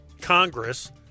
Congress